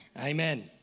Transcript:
Amen